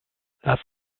lass